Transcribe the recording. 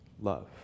love